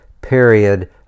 period